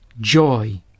joy